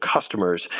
customers